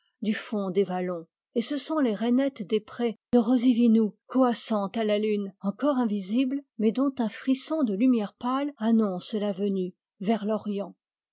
du fond des vallons et ce sont les rainettes des prés de rozivinou coassant à la lune encore invisible mais dont un frisson de lumière pâle annonce la venue vers l'orient